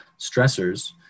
stressors